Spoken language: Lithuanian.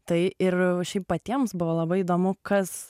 tai ir šiaip patiems buvo labai įdomu kas